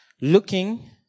Looking